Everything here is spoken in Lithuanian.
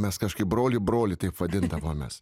mes kažkaip broli broli taip vadindavomės